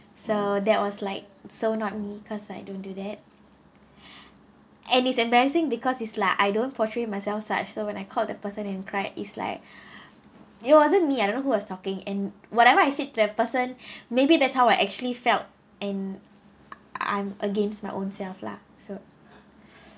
so that was like so not me because I don't do that and it's embarrassing because it's like I don't portray myself such so when I called the person and cry is like it wasn't me I don't know who was talking and whatever I said to that person maybe that's how I actually felt and I'm against my own self lah so